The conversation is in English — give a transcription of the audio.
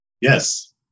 yes